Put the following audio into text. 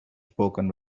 spoken